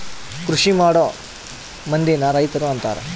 ಕೃಷಿಮಾಡೊ ಮಂದಿನ ರೈತರು ಅಂತಾರ